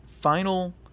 final